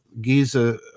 Giza